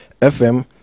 FM